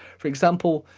for example,